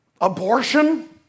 abortion